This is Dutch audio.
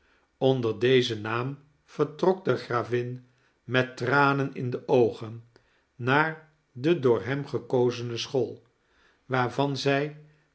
onder dezen naam vertrok de gravin met tranen in de oogen naar de door hem gekozene school waarvan zij